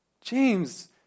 James